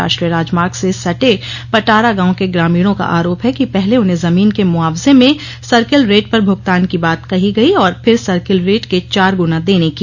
राष्ट्रीय राजमार्ग से सटे पटारा गाँव के ग्रामीणों का आरोप है कि पहले उन्हें जमीन के मुआवजे में सर्किल रेट पर भुगतान की बात कही गयी और फिर सर्किल रेट के चार गुना देने की